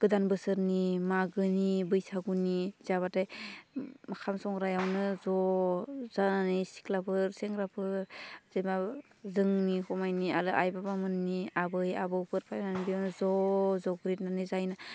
गोदान बोसोरनि मागोनि बैसागुनि जाबाथाय खाम संग्रायावनो ज जानानै सिख्लाफोर सेंग्राफोर जेनबा जोंनि गुमैनि आरो आइ बाबामोननि आबै आबौफोर फैनानै बेयावनो ज जग्रिदनानै जायना